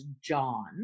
john